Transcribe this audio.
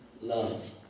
love